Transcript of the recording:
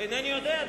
אינני יודע,